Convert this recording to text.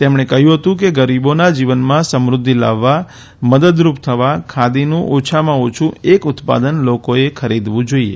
તેમણે કહ્યું હતું કે ગરીબોના જીવનમાં સમૃદ્ધિ લાવવા મદરુપ થવા ખાદીનું ઓછામાં ઓછુ એક ઉત્પાદન લોકોએ ખરીદવું જોઇએ